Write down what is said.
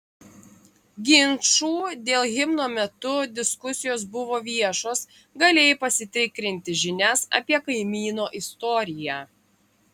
ginčų dėl himno metu diskusijos buvo viešos galėjai pasitikrinti žinias apie kaimyno istoriją